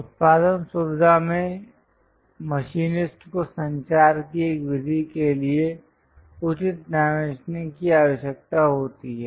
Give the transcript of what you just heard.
उत्पादन सुविधा में मशीनिस्टस् को संचार की एक विधि के लिए उचित डाइमेंशनिंग की आवश्यकता होती है